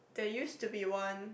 there used to be one